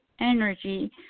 energy